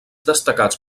destacats